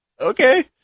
okay